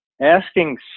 asking